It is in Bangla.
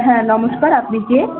হ্যাঁ নমস্কার আপনি কে